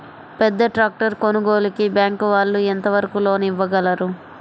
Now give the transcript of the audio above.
పెద్ద ట్రాక్టర్ కొనుగోలుకి బ్యాంకు వాళ్ళు ఎంత వరకు లోన్ ఇవ్వగలరు?